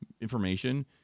information